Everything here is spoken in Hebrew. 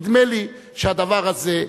נדמה לי שהדבר הזה,